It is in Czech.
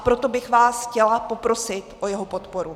Proto bych vás chtěla poprosit o jeho podporu.